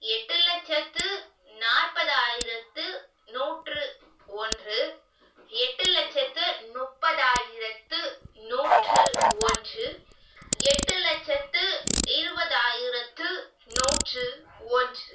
எட்டு லட்சத்து நாற்பதாயிரத்து நூற்று ஓன்று எட்டு லட்சத்து முப்பதாயிரத்து நூற்று ஒன்று எட்டு லட்சத்து இருபதாயிரத்து நூற்று ஒன்று